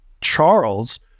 charles